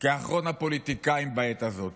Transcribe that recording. כאחרון הפוליטיקאים בעת הזאת.